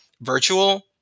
virtual